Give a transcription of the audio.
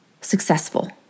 successful